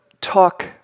talk